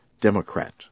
Democrat